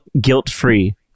guilt-free